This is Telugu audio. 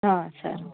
సరే